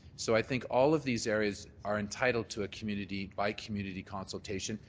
so i think all of these areas are entitled to a community by community consultation,